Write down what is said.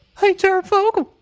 hey, jared fogle,